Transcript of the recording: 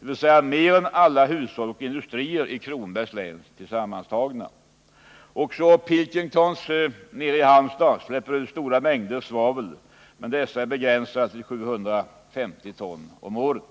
dvs. mer än alla hushåll och industrier i Kronobergs län tillsammantagna. Också Pilkingtons i Halmstad släpper ut stora mängder svavel, men dessa är begränsade till 750 ton om året.